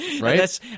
Right